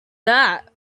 that